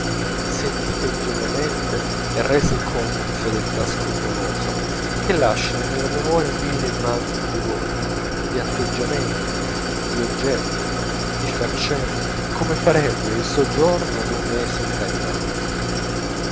sentite ingenuamente e rese con fedeltà scrupolosa che lasciano nella memoria mille immagini di volti di atteggiamenti di oggetti di faccende come farebbe il soggiorno d'un mese in danimarca